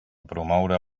promoure